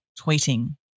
tweeting